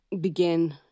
begin